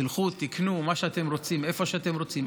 תלכו, תקנו מה שאתם רוצים ואיפה שאתם רוצים.